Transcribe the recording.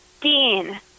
Dean